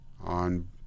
on